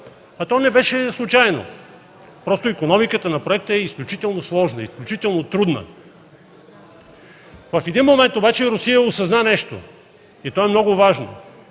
А то не беше случайно, просто икономиката на проекта е изключително сложна, изключително трудна. В един момент обаче Русия осъзна нещо и то е много важно